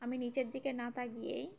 আমি নিচের দিকে না তাকিয়েই